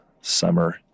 summer